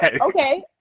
okay